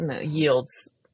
yields